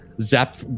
zap